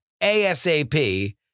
ASAP